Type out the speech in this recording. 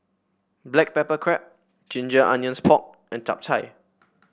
Black Pepper Crab Ginger Onions Pork and Chap Chai